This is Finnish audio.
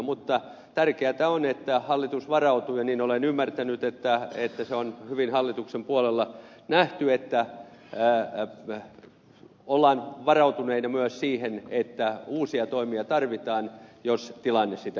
mutta tärkeätä on että hallitus varautuu ja niin olen ymmärtänyt että se on hyvin hallituksen puolella nähty että ollaan varautuneita myös siihen että uusia toimia tarvitaan jos tilanne sitä edellyttää